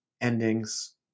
endings